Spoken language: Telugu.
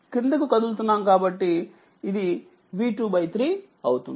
క్రిందకు కదులుతున్నాము కాబట్టిఇదిఉందిV2 3అవుతుంది